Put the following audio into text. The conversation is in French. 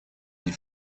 des